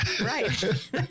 right